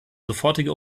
sofortige